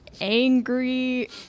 angry